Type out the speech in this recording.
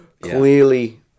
Clearly